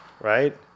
Right